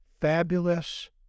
fabulous